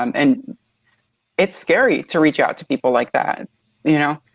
um and it's scary to reach out to people like that you know.